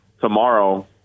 tomorrow